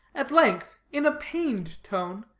at length, in a pained tone,